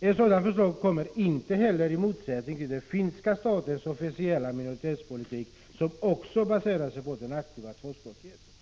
Ett sådant förslag kommer inte heller att stå i motsättning till den finska statens officiella minoritetspolitik, som också baserar sig på den aktiva tvåspråkigheten.